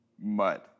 mud